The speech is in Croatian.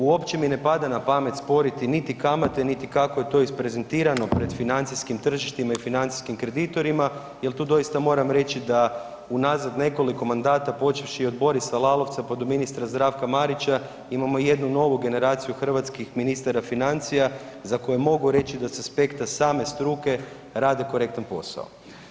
Uopće mi ne pada na pamet sporiti niti kamate niti kako je to isprezentirano pred financijskim tržištima i financijskim kreditorima jer tu doista moram reći da unazad nekoliko mandata, počevši od Borisa Lalovca pa do ministra Zdravka Marića imamo jednu novu generaciju hrvatskih ministara financija, za koje mogu reći da s aspekta same struke rade korektan posao.